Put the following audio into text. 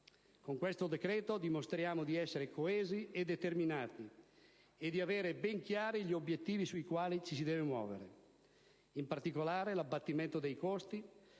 Con questo decreto dimostriamo di essere coesi e determinati e di avere ben chiari gli obiettivi sui quali ci si deve muovere: l'abbattimento dei costi,